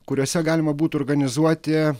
kuriuose galima būtų organizuoti